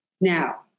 Now